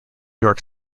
york